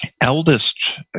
eldest